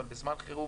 אבל בזמן חירום